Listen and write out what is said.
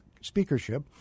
speakership